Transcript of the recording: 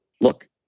look